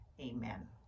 Amen